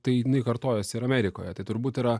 tai jinai kartojosi ir amerikoje tai turbūt yra